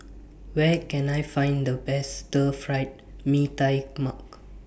Where Can I Find The Best Stir Fry Mee Tai Mak